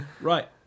Right